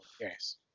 Yes